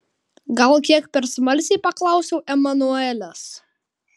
gal kiek per smalsiai paklausiau emanuelės